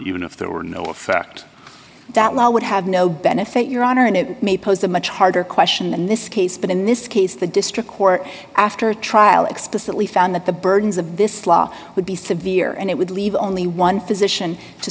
even if there were no effect that law would have no benefit your honor and it may pose a much harder question in this case but in this case the district court after a trial explicitly found that the burdens of this law would be severe and it would leave only one physician to